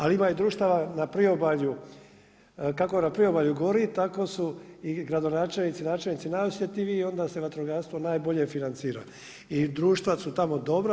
Ali ima i društava na priobalju, kako na priobalju gori tako su i gradonačelnici i načelnici najosjetljiviji i onda se vatrogastvo najbolje financira i društva su tamo dobra.